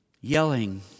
yelling